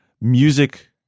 music